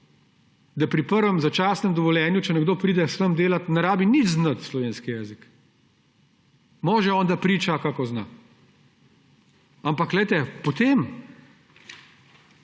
da pri prvem začasnem dovoljenju, če nekdo pride sem delat, ne rabi nič znati slovenskega jezika, »može on, da priča, kako zna«. Ampak glejte, potem